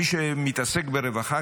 מי שמתעסק ברווחה,